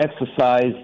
exercise